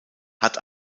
hat